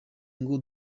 ngo